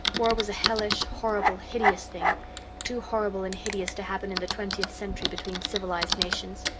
war was a hellish, horrible, hideous thing too horrible and hideous to happen in the twentieth century between civilized nations.